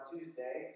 Tuesday